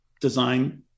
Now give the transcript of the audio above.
design